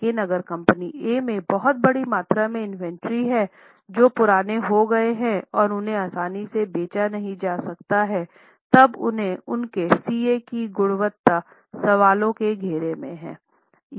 लेकिन अगर company A में बहुत बड़ी मात्रा में इन्वेंटरी है जो पुराने हो गए हैं और उन्हें आसानी से बेचा नहीं जा सकता है तब उनके सीए की गुणवत्ता सवालों के घेरे में है